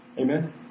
Amen